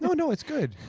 no. no. it's good.